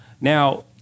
Now